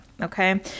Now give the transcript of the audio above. Okay